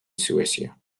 suecia